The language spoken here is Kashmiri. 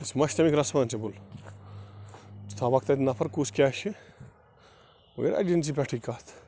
أسۍ ما چھِ تَمِکۍ رسپانسِبٕل ژٕ تھاوَکھ تَتہِ نفر کُس کیٛاہ چھُ وَیا ایٚجنسی پٮ۪ٹھٕے کَتھ